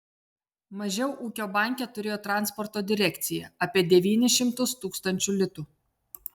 mažiau ūkio banke turėjo transporto direkcija apie devynis šimtus tūkstančių litų